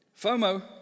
FOMO